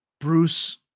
Bruce